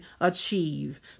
achieve